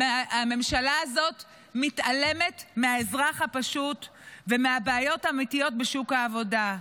הממשלה הזאת מתעלמת מהאזרח הפשוט ומהבעיות האמיתיות בשוק העבודה.